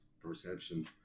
perception